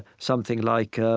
something like, um,